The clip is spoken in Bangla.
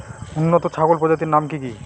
উন্নত ছাগল প্রজাতির নাম কি কি?